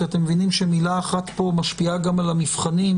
אתם מבינים שמילה אחת פה משפיעה גם על המבחנים.